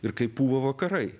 ir kaip pūva vakarai